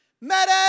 Medic